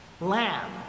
Lamb